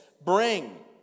bring